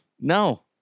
No